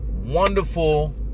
wonderful